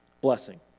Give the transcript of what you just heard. blessing